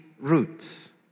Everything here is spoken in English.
roots